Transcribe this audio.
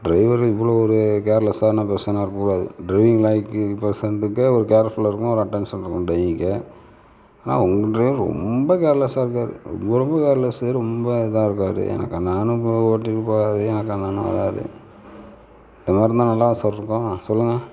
டிரைவரும் இவ்வளோ ஒரு கேர்லெஸ்ஸான பெர்சனாக இருக்கக்கூடாது டிரைவிங்லயிருக்க பெர்சனுக்கே ஒரு கேர்ஃபுல் இருக்கும் ஒரு அட்டேன்ஷன் இருக்கும் டிரைவருக்கே ஆனால் உங்கள் டிரைவர் ரொம்ப கேர்லெஸ்ஸாக இருக்கார் ரொம்ப ரொம்ப கேர்லெஸ் ரொம்ப இதான் இருக்கார் எனக்கென்னான்னு ஓட்டிட்டு போவாரு எனக்கென்னான்னு வர்றாரு இந்த மாதிரி இருந்தால் நல்லாவா சார் இருக்கும் சொல்லுங்கள்